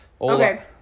Okay